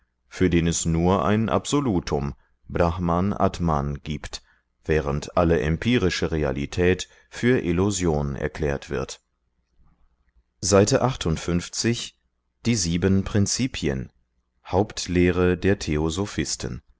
für den es nur ein absolutum brahman atman gibt während alle empirische realität für illusion erklärt wird s die sieben prinzipien hauptlehre der